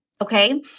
Okay